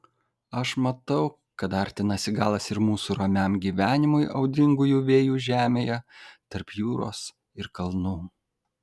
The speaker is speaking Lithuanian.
aš matau kad artinasi galas ir mūsų ramiam gyvenimui audringųjų vėjų žemėje tarp jūros ir kalnų